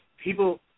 people